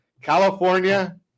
California